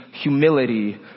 humility